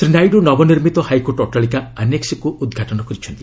ଶ୍ରୀ ନାଇଡୁ ନବନିର୍ମିତ ହାଇକୋର୍ଟ ଅଟ୍ଟାଳିକା ଆନେକ୍ୱକୁ ଉଦ୍ଘାଟନ କରିଛନ୍ତି